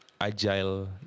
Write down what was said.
agile